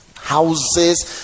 houses